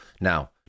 Now